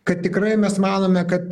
kad tikrai mes manome kad